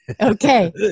Okay